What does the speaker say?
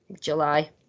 July